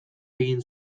egin